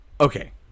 Okay